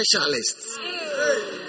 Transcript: specialists